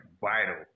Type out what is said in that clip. vital